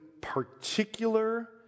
particular